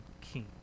king